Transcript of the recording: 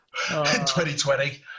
2020